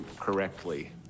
correctly